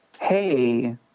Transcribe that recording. hey—